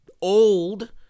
old